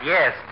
Yes